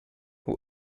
who